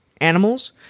animals